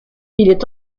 est